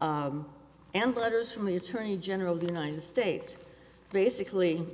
s and letters from the attorney general the united states basically